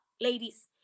ladies